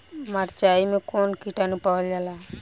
मारचाई मे कौन किटानु पावल जाला?